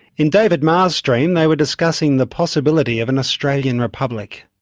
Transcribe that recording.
in david marr's stream they were discussing the possibility of an australian republic.